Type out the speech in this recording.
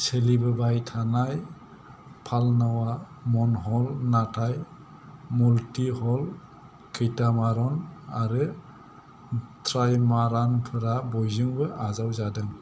सोलिबोबाय थानाय पालनावआ मनहल नाथाय मल्टी हल कैटामारन आरो ट्राइमारानफोरा बयजोंबो आजावजादों